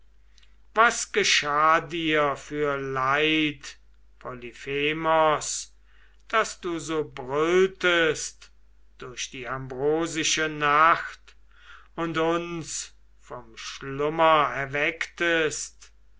was geschah dir für leid polyphemos daß du so brülltest durch die ambrosische nacht und uns vom schlummer erwecktest